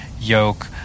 yoke